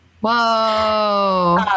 whoa